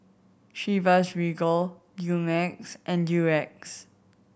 Chivas Regal Dumex and Durex